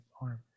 arm